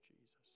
Jesus